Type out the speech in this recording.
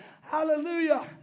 hallelujah